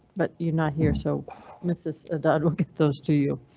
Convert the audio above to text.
but you're not here. so mrs ah dodd will get those to you.